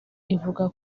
ivuga